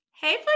Hey